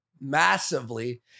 massively